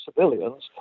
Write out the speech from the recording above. civilians